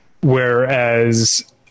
whereas